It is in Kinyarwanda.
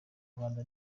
rwanda